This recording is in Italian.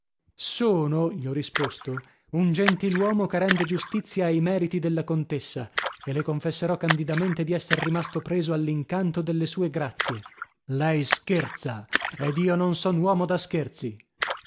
sono gli ho risposto un gentiluomo che rende giustizia ai meriti della contessa e le confesserò candidamente di esser rimasto preso all'incanto delle sue grazie lei scherza ed io non son uomo da scherzi